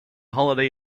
holiday